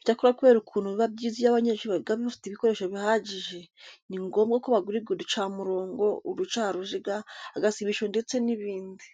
Icyakora kubera ukuntu biba byiza iyo abanyeshuri biga bafite n'ibikoresho bihagije ni ngombwa ko bagurirwa uducamurongo, uducaruziga, agasibisho ndetse n'ibindi.